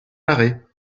marais